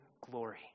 glory